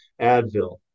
Advil